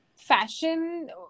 fashion